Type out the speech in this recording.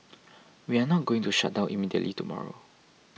we are not going to shut down immediately tomorrow